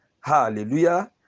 Hallelujah